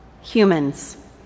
humans